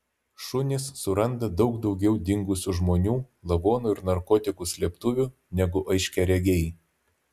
šunys suranda daug daugiau dingusių žmonių lavonų ir narkotikų slėptuvių negu aiškiaregiai